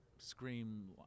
scream